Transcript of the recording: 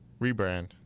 Rebrand